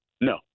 No